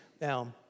Now